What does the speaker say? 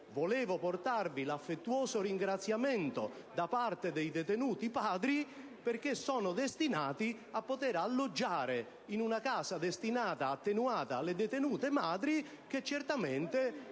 Voglio portarvi l'affettuoso ringraziamento da parte dei detenuti padri perché sono destinati a poter alloggiare in una casa a custodia attenuata destinata alle detenute madri che certamente